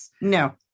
No